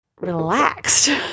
relaxed